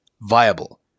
Viable